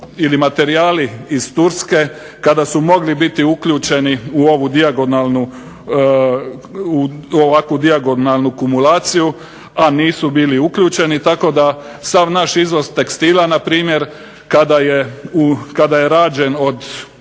ili materijali iz Turske, kada su mogli biti uključeni u ovakvu dijagonalnu kumulaciju, a nisu bili uključeni. Tako da sav naš izvoz tekstila npr. kada je rađen od